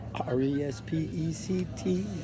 R-E-S-P-E-C-T